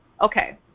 Okay